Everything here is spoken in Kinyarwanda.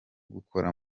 gukora